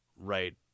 right